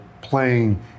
playing